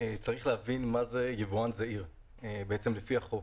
צריך להבין מה זה יבואן זעיר לפי החוק.